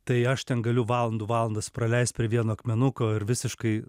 tai aš ten galiu valandų valandas praleist prie vieno akmenuko ir visiškai